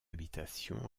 habitation